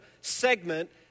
segment